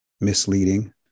misleading